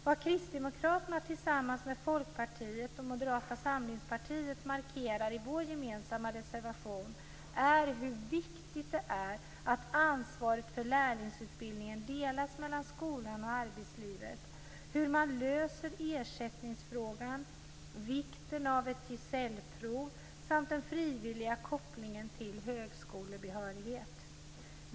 Vad kristdemokraterna, tillsammans med Folkpartiet och Moderata samlingspartiet, markerar i vår gemensamma reservation är hur viktigt det är att ansvaret för lärlingsutbildningen delas mellan skolan och arbetslivet, hur man löser ersättningsfrågan, vikten av ett gesällprov samt den frivilliga kopplingen till högskolebehörighet.